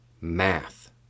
math